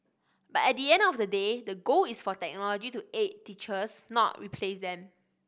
but at the end of the day the goal is for technology to aid teachers not replace them